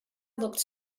looked